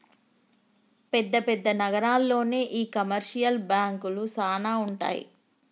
పెద్ద పెద్ద నగరాల్లోనే ఈ కమర్షియల్ బాంకులు సానా ఉంటాయి